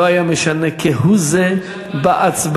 זה לא היה משנה כהוא-זה בהצבעה,